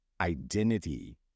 identity